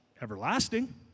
everlasting